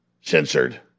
censored